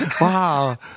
Wow